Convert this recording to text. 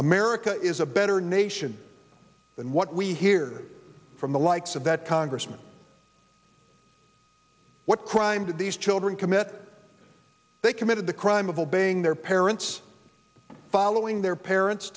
america is a better nation than what we hear from the likes of that congressman what crime did these children commit they committed the crime of obeying their parents following their parents